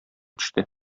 төште